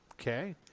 Okay